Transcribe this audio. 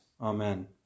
Amen